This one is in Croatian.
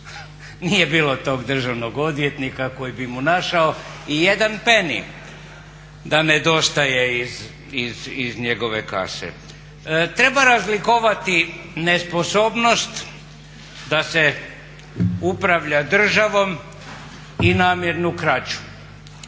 nije bilo tog državnog odvjetnika koji bi mu našao i jedan peni da nedostaje iz njegove kase. Treba razlikovati nesposobnost da se upravlja državom i namjernu krađu.